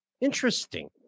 Interesting